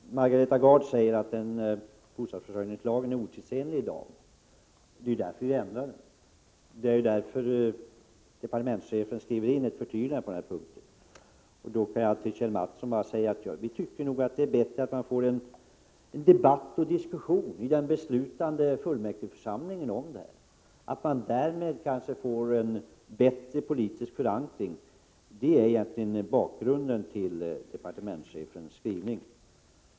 Herr talman! Margareta Gard säger att bostadsförsörjningslagen är otidsenlig i dag. Det är ju därför vi ändrar den, det är därför departementschefen skriver in ett förtydligande på den punkten. Till Kjell Mattsson kan jag bara säga att vi tycker att det är bättre att man får debatt och diskussion i den beslutande fullmäktigeförsamlingen om detta. Därmed får man kanske en bättre politisk förankring, och det är egentligen bakgrunden till departementschefens skrivning.